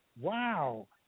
Wow